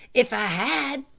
if i had,